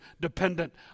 dependent